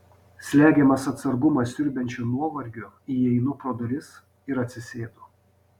slegiamas atsargumą siurbiančio nuovargio įeinu pro duris ir atsisėdu